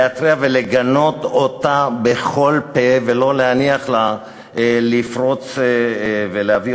להתריע עליה ולגנות אותה בכל פה ולא להניח לה לפרוץ ולהביא